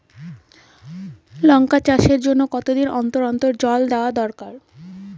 লঙ্কা চাষের জন্যে কতদিন অন্তর অন্তর জল দেওয়া দরকার?